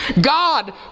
God